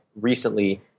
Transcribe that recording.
recently